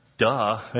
Duh